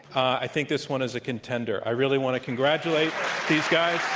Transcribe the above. i think this one is a contender. i really want to congratulate these guys